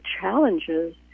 challenges